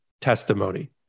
testimony